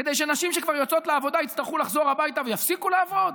כדי שנשים שכבר יוצאות לעבודה יצטרכו לחזור הביתה ויפסיקו לעבוד?